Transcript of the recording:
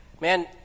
Man